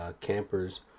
campers